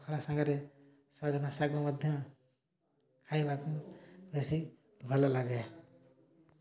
ପଖାଳ ସାଙ୍ଗରେ ସଜନା ଶାଗ ମଧ୍ୟ ଖାଇବାକୁ ବେଶୀ ଭଲଲାଗେ